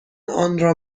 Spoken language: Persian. آنرا